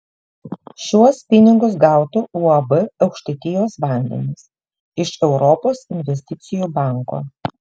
šiuos pinigus gautų uab aukštaitijos vandenys iš europos investicijų banko